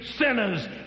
sinners